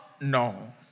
No